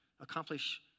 accomplish